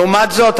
לעומת זאת,